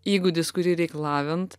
įgūdis kurį reik lavint